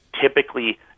typically